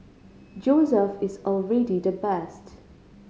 Joseph is already the best